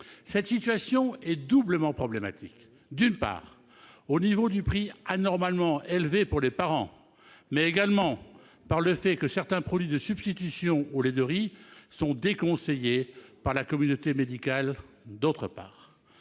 Cette situation est doublement problématique : d'une part, en raison des prix anormalement élevés pour les parents ; d'autre part, du fait que certains produits de substitution au lait de riz sont déconseillés par la communauté médicale. Face à